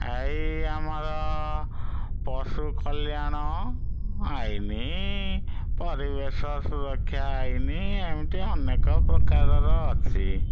ଏଇ ଆମର ପଶୁ କଲ୍ୟାଣ ଆଇନି ପରିବେଶ ସୁରକ୍ଷା ଆଇନି ଏମିତି ଅନେକ ପ୍ରକାରର ଅଛି